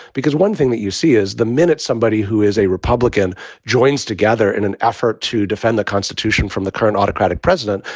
because one thing that you see is the minute somebody somebody who is a republican joins together in an effort to defend the constitution from the current autocratic president,